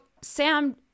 Sam